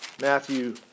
Matthew